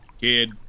Kid